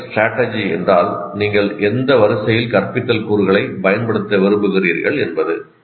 முறைஸ்ட்ராட்டஜி என்றால் நீங்கள் எந்த வரிசையில் கற்பித்தல் கூறுகளைப் பயன்படுத்த விரும்புகிறீர்கள் என்பது